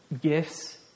gifts